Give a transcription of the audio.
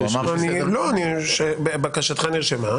קארין, אני רוצה לאצול לך מסמכותי.